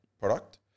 product